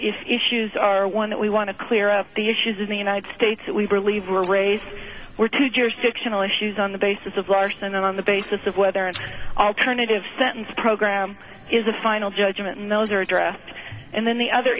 it's issues are one that we want to clear up the issues in the united states that we believe are raised were to jurisdictional issues on the basis of larson on the basis of whether an alternative sentence program is a final judgment and those are addressed and then the other